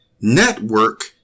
network